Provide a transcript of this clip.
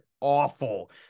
awful